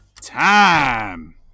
Time